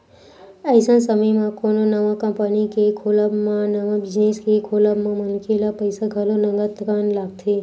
अइसन समे म कोनो नवा कंपनी के खोलब म नवा बिजनेस के खोलब म मनखे ल पइसा घलो नंगत कन लगथे